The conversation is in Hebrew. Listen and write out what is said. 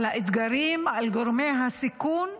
על האתגרים, על גורמי הסיכון,